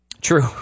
True